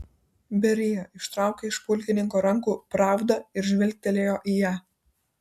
berija ištraukė iš pulkininko rankų pravdą ir žvilgtelėjo į ją